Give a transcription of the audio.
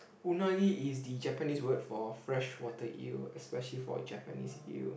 unagi is the Japanese word for fresh water eel especially for Japanese eel